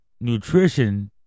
nutrition